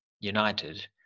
United